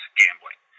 gambling